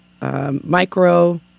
Micro